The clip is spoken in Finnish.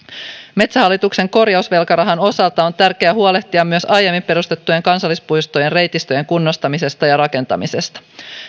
metsähallituksen korjausvelkarahan osalta on tärkeää huolehtia myös aiemmin perustettujen kansallispuistojen reitistöjen kunnostamisesta ja rakentamisesta